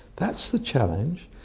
that's the challenge,